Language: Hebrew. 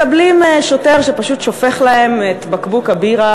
כששוטר פשוט שופך להם את בקבוק הבירה